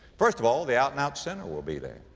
first of all the out and out sinner will be there,